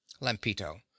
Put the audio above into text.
Lampito